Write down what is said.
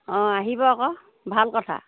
অঁ আহিব আকৌ ভাল কথা